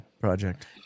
project